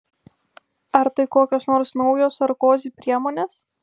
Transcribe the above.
ar tai kokios nors naujos sarkozi priemonės